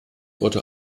wurde